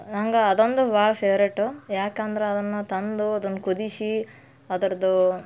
ನಂಗೆ ಅದೊಂದು ಭಾಳ ಫೇವ್ರೇಟು ಯಾಕಂದ್ರೆ ಅದನ್ನು ತಂದು ಅದನ್ನ ಕುದಿಸಿ ಅದರ್ದು